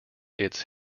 its